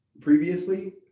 previously